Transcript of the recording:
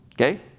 okay